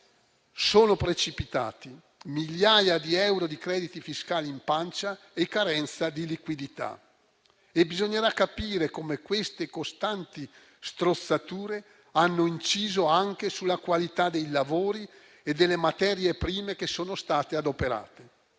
sono precipitati: migliaia di euro di crediti fiscali in pancia e carenza di liquidità e bisognerà capire come queste costanti strozzature hanno inciso anche sulla qualità dei lavori e delle materie prime che sono state adoperate,